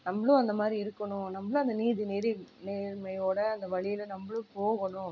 நம்பளும் அந்த மாதிரி இருக்கணும் நம்பளும் அந்த நீதி நெறி நேர்மையோடு அந்த வழியில் நம்பளும் போகணும்